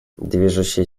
движущей